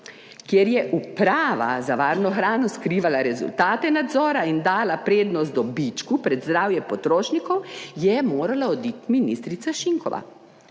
kjer je uprava za varno hrano skrivala rezultate nadzora in dala prednost dobičku pred zdravjem potrošnikov, je morala oditi ministrica Šinkova.